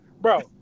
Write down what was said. Bro